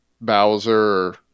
Bowser